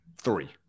three